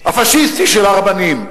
הפאשיסטי של הרבנים.